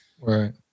Right